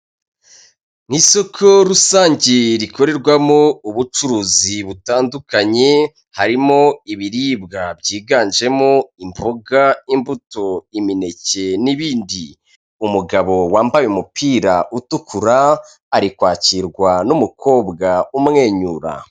Ni isoko rusange rikorerwamo ubucuruzi butandukanye harimo ibiribwa byiganjemo imboga, imbuto, imineke n'ibindi. Umugabo wambaye umupira utukura ari kwakirwa n'umukobwa umwenyura.